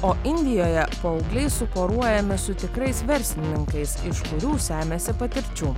o indijoje paaugliai suporuojami su tikrais verslininkais iš kurių semiasi patirčių